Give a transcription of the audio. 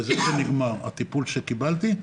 בזה נגמר הטיפול שקיבלתי.